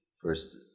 first